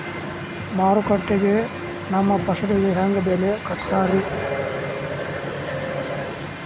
ಮಾರುಕಟ್ಟೆ ಗ ನಮ್ಮ ಫಸಲಿಗೆ ಹೆಂಗ್ ಬೆಲೆ ಕಟ್ಟುತ್ತಾರ ರಿ?